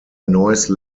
noise